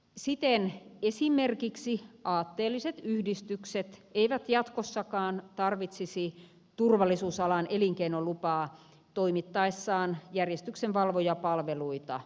siten esimerkiksi aatteelliset yhdistykset eivät jatkossakaan tarvitsisi turvallisuusalan elinkeinolupaa toimittaessaan järjestyksenvalvojapalveluita yleisötilaisuuksiin